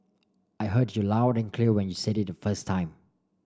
I heard you loud and clear when you said it the first time